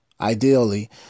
Ideally